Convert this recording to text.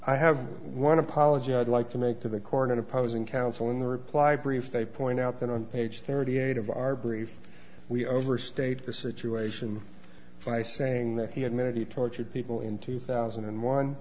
i have one apology i'd like to make to the cornyn opposing counsel in the reply brief they point out that on page thirty eight of our brief we overstate the situation by saying that he admitted he tortured people in two thousand and one